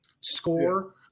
score